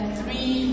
three